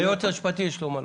חצי שנה עם התרעה, בלי ענישה.